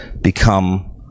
become